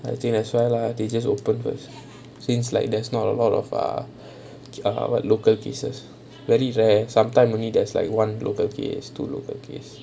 I think that's why lah they just open first since like there's not a lot of err err what local cases very rare sometime only there's like one local case two local case